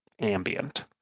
ambient